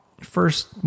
first